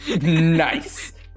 Nice